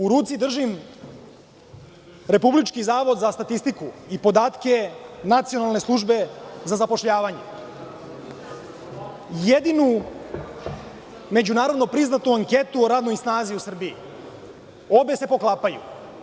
U ruci držim Republički zavod za statistiku i podatke Nacionalne službe za zapošljavanje, jedinu međunarodno priznatu anketu o radnoj snazi u Srbiji, obe se poklapaju.